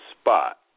spot